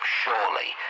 surely